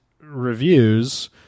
reviews